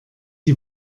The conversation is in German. die